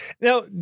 now